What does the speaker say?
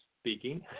speaking